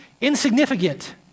insignificant